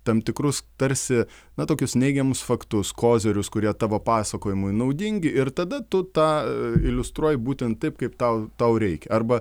tam tikrus tarsi na tokius neigiamus faktus kozirius kurie tavo pasakojimui naudingi ir tada tu tą iliustruoji būtent taip kaip tau tau reikia arba